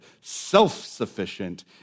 self-sufficient